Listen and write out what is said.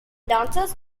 dancers